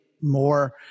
more